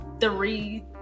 three